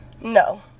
No